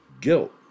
guilt